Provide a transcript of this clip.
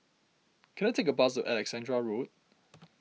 can I take a bus to Alexandra Road